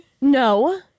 No